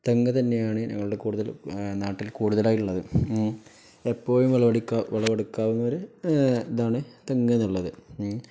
തെങ്ങ് തന്നെയാണ് ഞങ്ങളുടെ കൂടുതൽ നാട്ടിൽ കൂടുതലായിട്ടുള്ളത് ഉം എപ്പോഴും വിളവെടുക്കാവുന്നൊരു ഇതാണ് തെങ്ങെന്നുള്ളത് ഉം